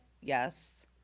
Yes